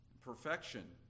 perfection